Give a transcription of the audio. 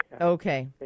Okay